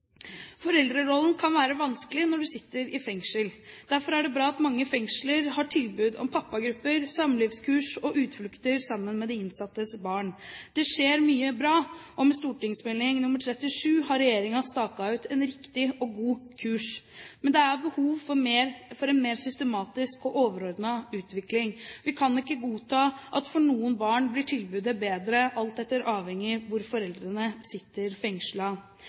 Foreldrerollen kan være vanskelig når man sitter i fengsel. Derfor er det bra at mange fengsler har tilbud om pappagrupper, samlivskurs og utflukter sammen med de innsattes barn. Det skjer mye bra, og med St. meld. nr. 37 har regjeringen staket ut en riktig og god kurs. Men det er behov for en mer systematisk og overordnet utvikling. Vi kan ikke godta at for noen barn blir tilbudet bedre enn for andre, avhengig av hvor foreldrene sitter